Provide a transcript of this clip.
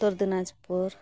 Uttar Dinajpur